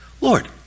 Lord